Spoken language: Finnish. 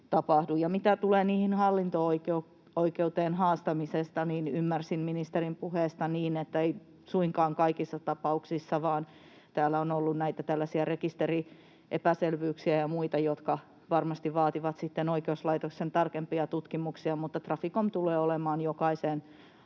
mitä tulee hallinto-oikeuteen haastamiseen, niin ymmärsin ministerin puheesta, että ei suinkaan kaikissa tapauksissa, vaan täällä on ollut näitä tällaisia rekisteriepäselvyyksiä ja muita, jotka varmasti vaativat sitten oikeuslaitoksen tarkempia tutkimuksia. Mutta Traficom tulee olemaan jokaiseen